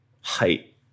height